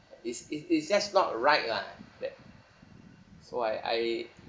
it's it's it's just not right lah that so I I